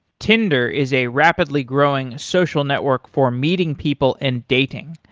tinder is a rapidly growing social network for meeting people and dating.